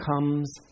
comes